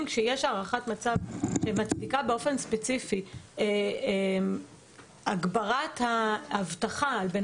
כאשר יש הערכת מצב שמצדיקה באופן ספציפי הגברת האבטחה על בן